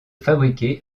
fabriquée